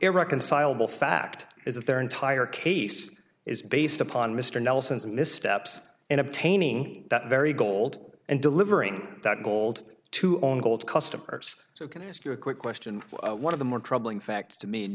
irreconcilable fact is that their entire case is based upon mr nelson's missteps in obtaining that very gold and delivering that gold to own gold customers so can i ask you a quick question one of the more troubling facts to me and